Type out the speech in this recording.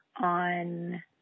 on